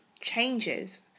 changes